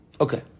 Okay